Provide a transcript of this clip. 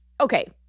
okay